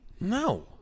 no